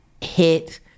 hit